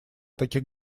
таких